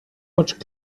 watch